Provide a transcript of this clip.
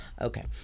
Okay